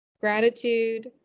gratitude